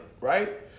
right